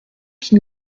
qui